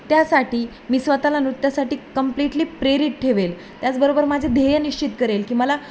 त्यासाठी मी स्वतःला नृत्यासाठी कंप्लीटली प्रेरित ठेवेल त्याचबरोबर माझे ध्येय निश्चित करेल की मला